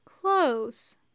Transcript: Close